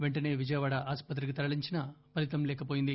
పెంటనే విజయవాడ ఆస్పత్రికి తరలీంచినా ఫలీతం లేక వోయింది